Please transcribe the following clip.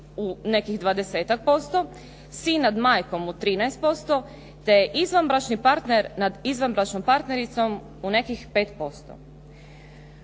posto, sin nad majkom od 13%, te izvanbračni partner nad izvanbračnom partnericom u nekih 5%.